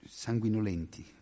sanguinolenti